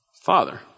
Father